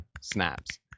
snaps